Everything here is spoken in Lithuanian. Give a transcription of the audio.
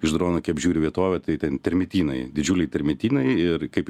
iš drono kai apžiūri vietovę tai ten termitynai didžiuliai termitynai ir kaip